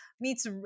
Meets